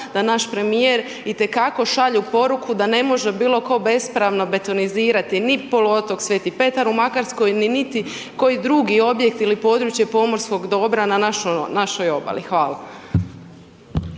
da naš premijer itekako šalju poruku da ne može bilo tko bespravno betonizirati ni poluotok Sveti Petar u Makarskoj ni niti koji drugi objekt ili područje pomorskog dobra na našoj obali. Hvala.